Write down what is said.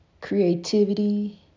creativity